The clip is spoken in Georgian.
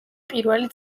პირველი